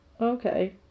okay